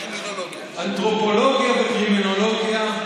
אנתרופולוגיה וקרימינולוגיה.